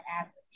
average